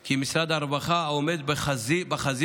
כי משרד הרווחה עומד בחזית